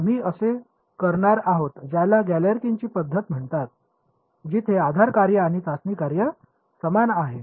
आम्ही असे करणार आहोत ज्याला गॅलेरकिनची पद्धत म्हणतात जिथे आधार कार्ये आणि चाचणी कार्य समान आहे